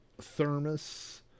thermos